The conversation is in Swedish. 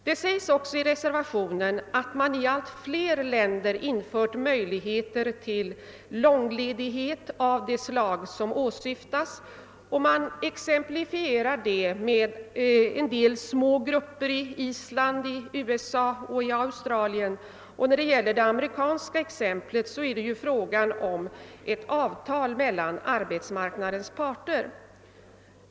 Det sägs också i reservationen att man i allt flera länder infört möjligheter till långledighet av det slag som åsyftas. Man exemplifierar det i motionen med att nämna en del grupper i Island, i USA och i Australien. Vad beträffar det amerikanska exemplet är det fråga om ett avtal mellan arbetsmarknadens parter.